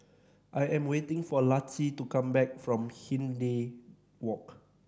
I am waiting for Laci to come back from Hindhede Walk